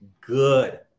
good